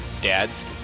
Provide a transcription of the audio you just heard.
Dads